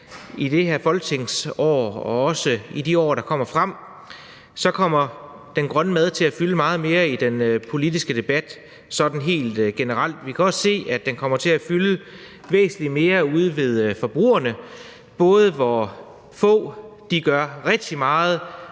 i det her folketingsår og også i de år, der kommer fremover, kommer til at fylde meget mere i den politiske debat sådan helt generelt. Vi kan også se, at den kommer til at fylde væsentligt mere ude ved forbrugerne, både hvor få gør rigtig meget,